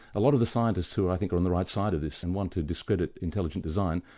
a lot of the scientists who i think are on the right side of this and want to discredit intelligent design,